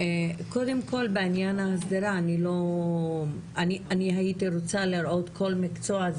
קודם כל בעניין ההסדרה אני הייתי רוצה לראות כל מקצוע,